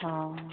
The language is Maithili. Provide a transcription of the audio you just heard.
हँ